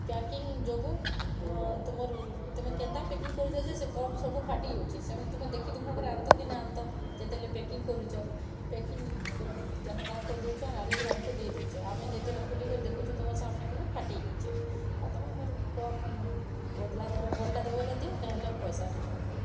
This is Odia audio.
ପ୍ୟାକିଂ ଯୋଗୁଁ ତୁମର୍ ତୁମେ କେନ୍ତା ପ୍ୟାକିଂ କରୁଛ ଯେ ସେ କପ୍ ସବୁ ଫାଟିଯାଉଛେ ସେମାନେ ତମେ ଦେଖିଦୁଖା କରି ଆନ୍ତ କି ନାଇଁ ଆନ୍ତ ଯେତେବେଲେ ପ୍ୟାକିଂ କରୁଛ ପ୍ୟାକିଂ କରି ଯାହା ତାହା କରିଦଉଛ ଆର୍ ଆନିକରି ଆମ୍କୁ ଦେଇଦଉଛ ଆମେ ଯେତେବେଲେ ଖୁଲିକରି ଦେଖୁଛୁଁ ତୁମର୍ ସାମ୍ନେ ବୋଲେ ଫାଟିଯେଇଛେ ଆର୍ ମୋର୍ କପ୍ ବଦଲା ଦେବ ଭଲ୍ଟା ଦେବ ବୋଲେ ଦିଅ ନାଇଁ ହେଲେ ପଇସା ରିଟର୍ଣ୍ଣ କର